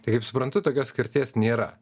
tai kaip suprantu tokios skirties nėra